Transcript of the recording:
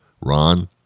Ron